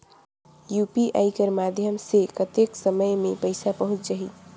UPI कर माध्यम से कतेक समय मे पइसा पहुंच जाहि?